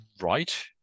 Right